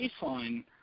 baseline